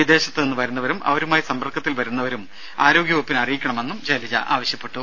വിദേശത്തുനിന്ന് വരുന്നവരും അവരുമായി സമ്പർക്കത്തിൽ വന്നവരും ആരോഗ്യവകുപ്പിനെ അറിയിക്കണമെന്നും ശൈലജ ആവശ്യപ്പെട്ടു